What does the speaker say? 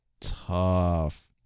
Tough